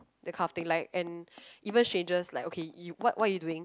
that kind of thing like and even strangers like okay what what are you doing